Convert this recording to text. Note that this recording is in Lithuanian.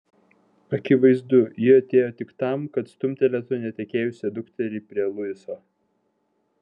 akivaizdu ji atėjo tik tam kad stumtelėtų netekėjusią dukterį prie luiso